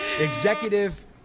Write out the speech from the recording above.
Executive